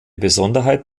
besonderheit